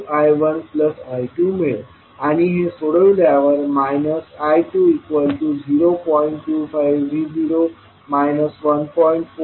किंवा हे सोडविण्यावर I2 0